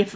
F